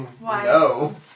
No